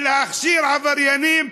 להכשיר עבריינים?